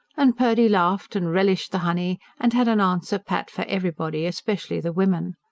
and purdy laughed, and relished the honey, and had an answer pat for everybody especially the women.